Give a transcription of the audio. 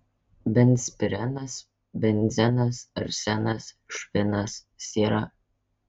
benzpirenas benzenas arsenas švinas siera